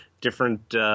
different –